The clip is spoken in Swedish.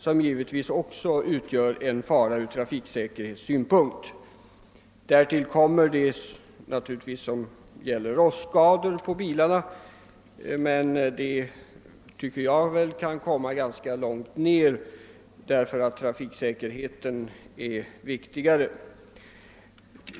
Även det utgör självfallet en fara ur trafiksäkerhetssynpunkt liksom också de rostskador som uppstår på bilarna. De senare tycker jag dock — från dessa utgångspunkter — kommer ganska långt ned på listan; trafiksäkerheten är det viktigaste.